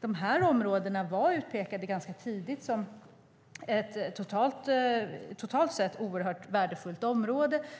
De här områdena var ganska tidigt utpekade som totalt sett oerhört värdefulla.